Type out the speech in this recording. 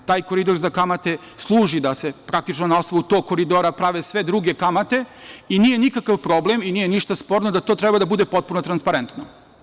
Taj koridor za kamate služi da se praktično na osnovu tog koridora prave sve druge kamate i nije nikakav problem i nije ništa sporno da to treba da bude potpuno transparentno.